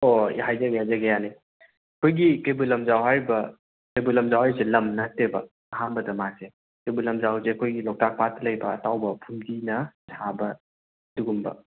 ꯑꯣ ꯑꯩ ꯍꯥꯏꯖꯒꯦ ꯍꯥꯏꯖꯒꯦ ꯌꯥꯅꯤ ꯑꯩꯈꯣꯏꯒꯤ ꯀꯩꯕꯨꯜ ꯂꯝꯖꯥꯎ ꯍꯥꯏꯔꯤꯕ ꯀꯩꯕꯨꯜ ꯂꯝꯖꯥꯎ ꯍꯥꯏꯔꯤꯁꯦ ꯂꯝ ꯅꯠꯇꯦꯕ ꯑꯍꯥꯝꯕꯗ ꯃꯥꯁꯦ ꯀꯩꯕꯨꯜ ꯂꯝꯖꯥꯎꯁꯦ ꯑꯩꯈꯣꯏꯒꯤ ꯂꯣꯛꯇꯥꯛ ꯄꯥꯠꯇ ꯂꯩꯕ ꯑꯇꯥꯎꯕ ꯐꯨꯝꯗꯤꯅ ꯁꯥꯕ ꯑꯗꯨꯒꯨꯝꯕ